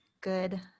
Good